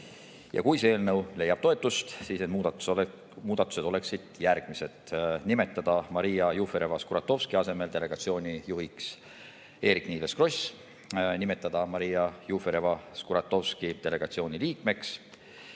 Kui see eelnõu leiab toetust, siis need muudatused oleksid järgmised: nimetada Maria Jufereva-Skuratovski asemel delegatsiooni juhiks Eerik-Niiles Kross, nimetada Maria Jufereva-Skuratovski delegatsiooni liikmeks,